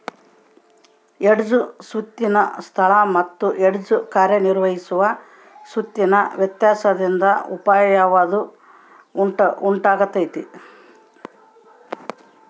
hedge ಸ್ವತ್ತಿನ ಸ್ಥಳ ಮತ್ತು ಹೆಡ್ಜ್ ಕಾರ್ಯನಿರ್ವಹಿಸುವ ಸ್ವತ್ತಿನ ವ್ಯತ್ಯಾಸದಿಂದಾಗಿ ಅಪಾಯವು ಉಂಟಾತೈತ